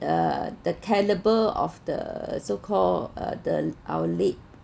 uh the caliber of the so called uh the our late